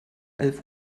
elf